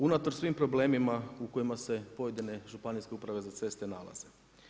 Unatoč svim problemima u kojima se pojedine Županijske uprave za ceste nalaze.